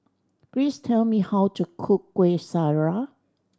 please tell me how to cook Kuih Syara